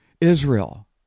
Israel